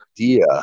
idea